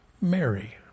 Mary